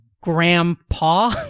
grandpa